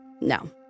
no